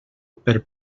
per